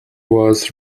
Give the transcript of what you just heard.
was